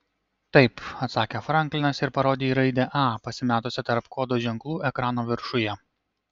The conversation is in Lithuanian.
taip atsakė franklinas ir parodė į raidę a pasimetusią tarp kodo ženklų ekrano viršuje